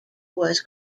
was